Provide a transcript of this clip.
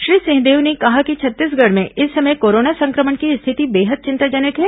श्री सिंहदेव ने कहा कि छत्तीसगढ़ में इस समय कोरोना संक्रमण की स्थिति बेहद चिंताजनक है